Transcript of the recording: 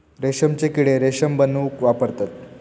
रेशमचे किडे रेशम बनवूक वापरतत